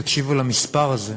תקשיבו למספר הזה,